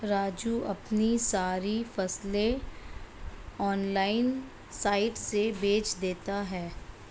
राजू अपनी सारी फसलें ऑनलाइन साइट से बेंच देता हैं